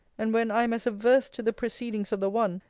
and when i am as averse to the proceedings of the one,